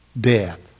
death